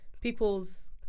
people's